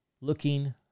looking